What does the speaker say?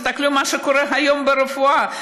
תסתכלו מה קורה היום ברפואה: